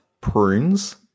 Prunes